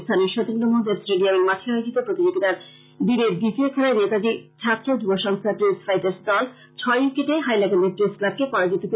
স্থানীয় সতীন্দ্র মোহন দেব স্টেডিয়ামের মাঠে আয়োজিত প্রতিযোগীতায় দিনের দ্বিতীয় খেলায় নেতাজী ছাত্র যুব সংস্থা প্রেস ফাইটার্স দল ছয় উইকেটে হাইলাকান্দি প্রেস ক্লাবকে পরাজিত করে